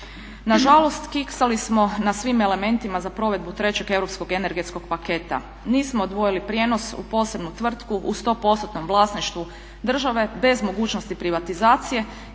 Na žalost kiksali smo na svim elementima za provedbu trećeg europskog energetskog paketa. Nismo odvojili prijenos u posebnu tvrtku u sto postotnom vlasništvu države bez mogućnosti privatizacije